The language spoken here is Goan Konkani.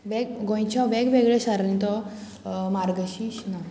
वेग गोंयच्या वेगवेगळ्या शारांनी तो मार्गशीस ना